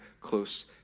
close